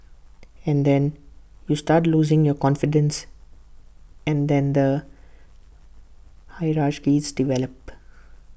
and then you start losing your confidence and then the hierarchies develop